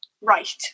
right